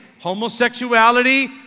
homosexuality